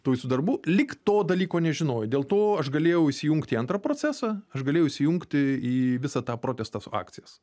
tų visų darbų lyg to dalyko nežinojo dėl to aš galėjau įsijungti į antrą procesą aš galėjau įsijungti į visą tą protesto akcijas